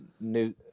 new